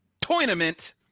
tournament